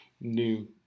new